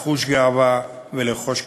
לחוש גאווה ולרכוש כחול-לבן.